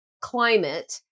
climate